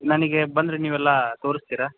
ನನಗೆ ಬಂದರೆ ನೀವೆಲ್ಲ ತೋರಿಸ್ತೀರಾ